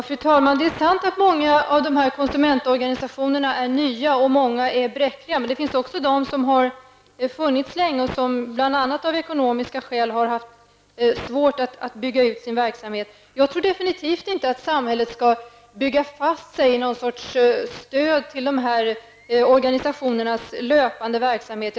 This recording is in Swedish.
Fru talman! Det är sant att många av konsumentorganisationerna är nya och att många är bräckliga. Det finns emellertid också konsumentorganisationer som har funnits länge och som bl.a. av ekonomiska skäl har haft svårt att bygga ut sin verksamhet. Jag tror inte att samhället skall bygga fast sig i någon sorts stöd till dessa organisationers löpande verksamhet.